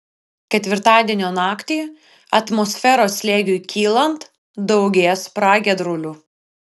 ketvirtadienio naktį atmosferos slėgiui kylant daugės pragiedrulių